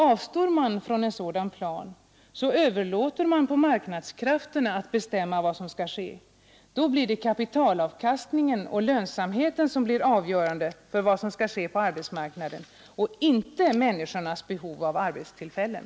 Avstår man från en sådan plan, överlåter man på marknadskrafterna att bestämma vad som skall ske — då blir det kapitalavkastningen och lönsamheten som blir avgörande för vad som skall ske på arbetsmarknaden, inte människornas behov av arbetstillfällen.